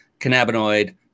cannabinoid